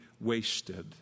wasted